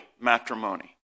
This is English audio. matrimony